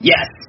Yes